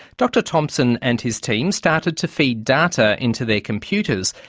dr thompson and his team started to feed data into their computers,